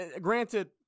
Granted